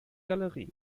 galerie